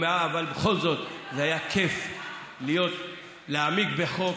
אבל בכל זאת זה היה כיף להעמיק בחוק,